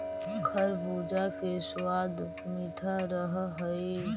खरबूजा के सबाद मीठा रह हई